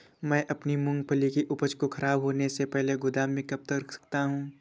मैं अपनी मूँगफली की उपज को ख़राब होने से पहले गोदाम में कब तक रख सकता हूँ?